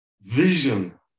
vision